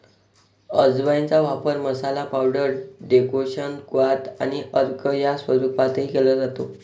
अजवाइनचा वापर मसाला, पावडर, डेकोक्शन, क्वाथ आणि अर्क या स्वरूपातही केला जातो